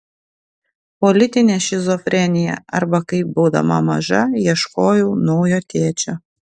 politinė šizofrenija arba kaip būdama maža ieškojau naujo tėčio